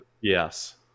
yes